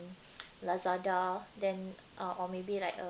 lazada then uh or maybe like